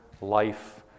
life